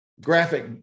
graphic